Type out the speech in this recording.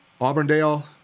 Auburndale